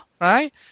right